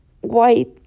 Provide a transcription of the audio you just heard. white